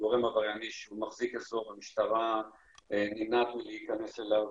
גורם עברייני שהוא מחזיק אזור והמשטרה נמנעת מלהיכנס אליו.